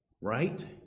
Right